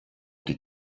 die